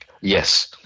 Yes